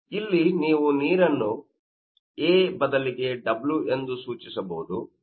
ಇಲ್ಲಿ ನೀವು ನೀರನ್ನು ಇಲ್ಲಿ A ಬದಲಿಗೆ w ಎಂದು ಸೂಚಿಸಬಹುದು